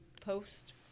post